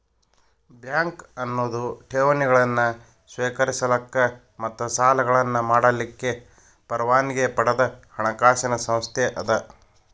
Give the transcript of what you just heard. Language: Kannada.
ಬ್ಯಾಂಕ್ ಅನ್ನೊದು ಠೇವಣಿಗಳನ್ನ ಸ್ವೇಕರಿಸಲಿಕ್ಕ ಮತ್ತ ಸಾಲಗಳನ್ನ ಮಾಡಲಿಕ್ಕೆ ಪರವಾನಗಿ ಪಡದ ಹಣಕಾಸಿನ್ ಸಂಸ್ಥೆ ಅದ